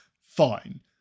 fine